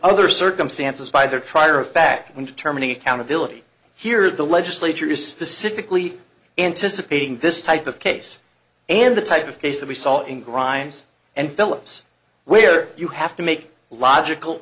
other circumstances by their tribe or of fact in determining accountability here the legislature is specifically anticipating this type of case and the type of case that we saw in grimes and phillips where you have to make logical